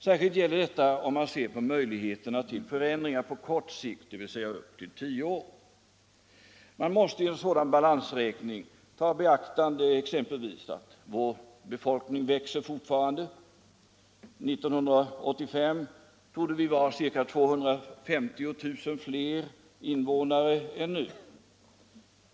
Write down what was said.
Särskilt gäller detta om man ser på möjligheterna till förändringar på kort sikt, dvs. upp till tio år. Man måste i en sådan balansräkning ta i beaktande exempelvis att vår befolkning fortfarande växer — 1985 torde vi ha ca 250 000 fler invånare än nu.